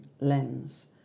lens